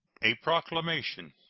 a proclamation.